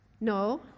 No